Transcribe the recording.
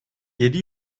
yedi